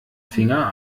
finger